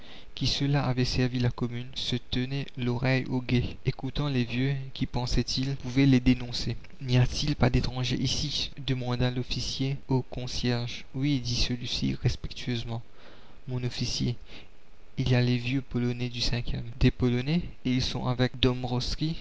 qui ceux-là avaient servi la commune se tenaient l'oreille au guet écoutant les vieux qui pensaient-ils pouvaient les dénoncer n'y a-t-il pas d'étrangers ici demanda l'officier au concierge oui dit celui-ci respectueusement mon officier il y a les vieux polonais du e es olonais ils sont avec